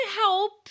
help